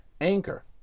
anchor